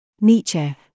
Nietzsche